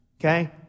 okay